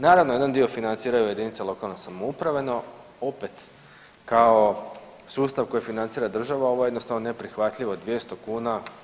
Naravno jedan dio financiraju jedinice lokalne samouprave no opet kao sustav koji financira država ovo je jednostavno neprihvatljivo 200 kuna.